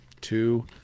Two